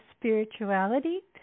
spirituality